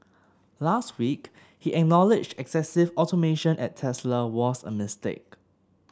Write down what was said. last week he acknowledged excessive automation at Tesla was a mistake